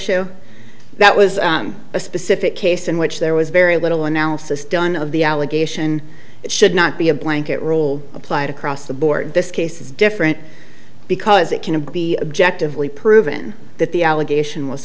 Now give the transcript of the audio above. issue that was a specific case in which there was very little analysis done of the allegation it should not be a blanket rule applied across the board this case is different because it can be objectively proven that the allegation was